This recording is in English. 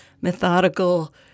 methodical